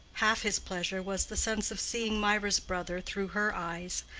half his pleasure was the sense of seeing mirah's brother through her eyes,